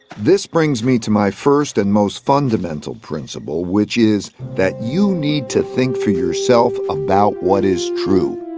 this brings me to my first and most fundamental principle, which is that you need to think for yourself about what is true.